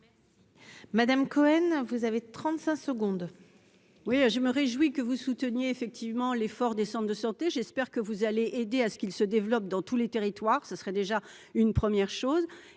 Madame Cohen, vous avez 35 secondes. Oui, je me réjouis que vous souteniez effectivement l'effort des Centres de santé, j'espère que vous allez aider à ce qu'il se développe dans tous les territoires, ça serait déjà une première chose